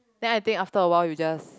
then I think after awhile you just